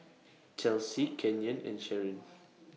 Chelsy Kenyon and Sharon